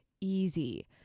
easy